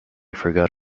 forgot